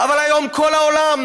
אבל היום כל העולם,